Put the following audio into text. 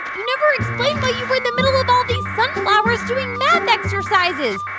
you never explained why you were in the middle of all these sunflowers doing math exercises,